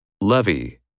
Levy